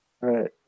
Right